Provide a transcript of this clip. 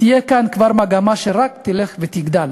תהיה כאן כבר מגמה שרק תלך ותגדל,